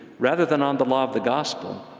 rather than on the law of the gospel,